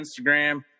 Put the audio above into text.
Instagram